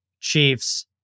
Chiefs